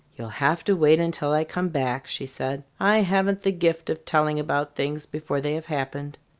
you'll have to wait until i come back, she said. i haven't the gift of telling about things before they have happened.